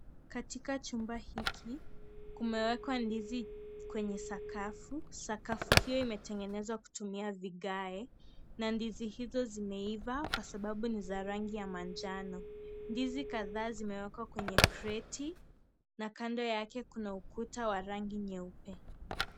Katika chumba hiki kumewekwa ndizi kwenye sakafu, sakafu hiyo imetengenezwa kutumia vigae na ndizi hizo zimeiva kwasababu ni za rangi ya manjano, ndizi kadhaa zimewekwa kwenye kreti na kando yake kuna ukuta wa rangi nyeupe.